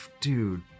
Dude